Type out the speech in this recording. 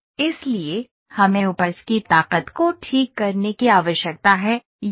इसलिए हमें उपज की ताकत को ठीक करने की आवश्यकता है यहां